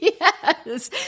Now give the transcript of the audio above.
Yes